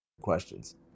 questions